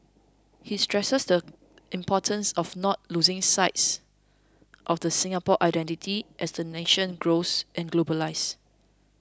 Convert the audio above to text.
he stresses the importance of not losing sights of the Singapore identity as the nation grows and globalises